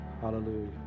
Hallelujah